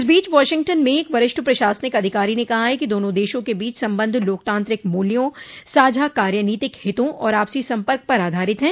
इस बीच वाशिंगटन में एक वरिष्ठ प्रशासनिक अधिकारी ने कहा है कि दोनों देशों के बीच संबंध लोकतांत्रिक मूल्यों साझा कार्यनीतिक हितों और आपसी सम्पर्क पर आधारित हैं